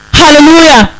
hallelujah